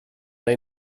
neu